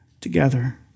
together